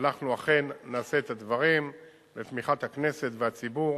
אנחנו אכן נעשה את הדברים בתמיכת הכנסת והציבור,